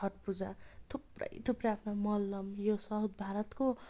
छठ पूजा थुप्रै थुप्रै आफ्ना मलम यो साउथ भारतको